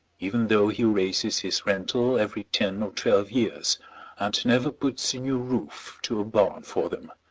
even though he raises his rental every ten or twelve years and never puts a new roof to a barn for them.